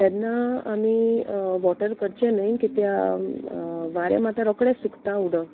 तेन्ना आमी वॉटर करचें न्हय कित्या वारें मात रोकडेंच सुकता उदक